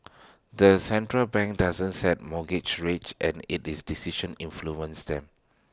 the central bank doesn't set mortgage rates and IT is decisions influence them